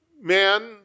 man